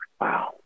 Wow